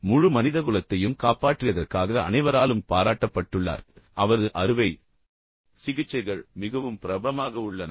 எனவே முழு மனிதகுலத்தையும் காப்பாற்றியதற்காக அனைவராலும் பாராட்டப்பட்டுள்ளார் பின்னர் அவரது அறுவை சிகிச்சைகள் மிகவும் பிரபலமாக உள்ளன